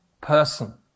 person